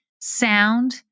sound